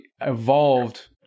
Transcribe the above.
evolved